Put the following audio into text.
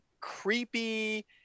creepy